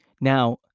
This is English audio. Now